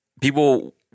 people